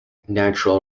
natural